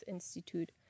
Institute